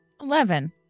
Eleven